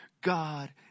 God